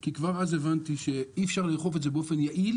כי כבר אז הבנתי שאי אפשר לאכוף את זה באופן יעיל